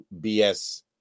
BS